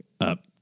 up